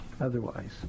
otherwise